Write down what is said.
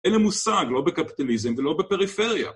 אין להם מושג, לא בקפיטליזם ולא בפריפריה.